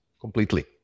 completely